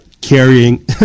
carrying